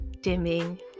dimming